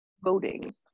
voting